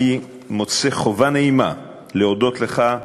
אני מוצא חובה נעימה להודות לך,